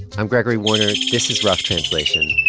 i'm gregory warner. this is rough translation,